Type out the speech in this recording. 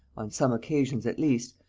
on some occasions at least,